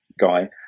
guy